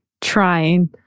trying